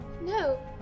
No